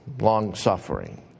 Long-suffering